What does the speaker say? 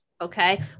okay